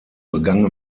begann